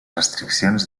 restriccions